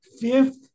fifth